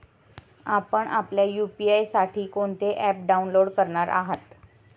आपण आपल्या यू.पी.आय साठी कोणते ॲप डाउनलोड करणार आहात?